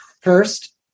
First